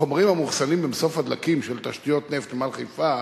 החומרים המאוחסנים במסוף הדלקים של "תשתיות נפט ואנרגיה" בנמל חיפה